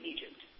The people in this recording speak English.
Egypt